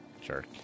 Jerk